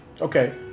Okay